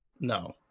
No